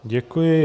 Děkuji.